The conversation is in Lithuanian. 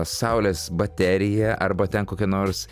saulės baterija arba ten kokia nors